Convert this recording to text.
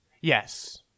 Yes